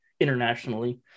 internationally